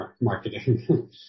marketing